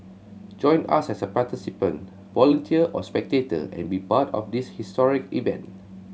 join us as a participant volunteer or spectator and be part of this historic event